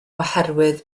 oherwydd